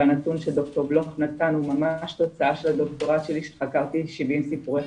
והנתון שד"ר בלוך נתן הוא ממש תוצאה של הדוקטורט שלי שחקרת 70 סיפורי